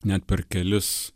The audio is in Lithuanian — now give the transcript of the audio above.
net per kelis